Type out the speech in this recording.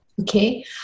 Okay